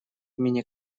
имени